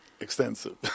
extensive